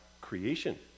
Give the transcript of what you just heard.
creation